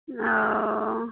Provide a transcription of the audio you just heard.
ओ